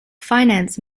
finance